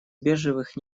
бежевых